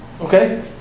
Okay